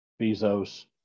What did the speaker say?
Bezos